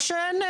או שאין.